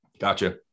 gotcha